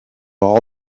all